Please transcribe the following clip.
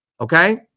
Okay